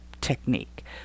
technique